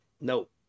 Nope